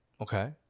Okay